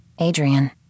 Adrian